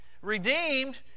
redeemed